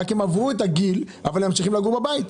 הם עברו את הגיל אבל ממשיכים לגור בבית.